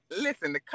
listen